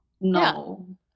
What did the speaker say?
No